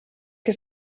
che